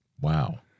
wow